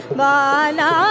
bala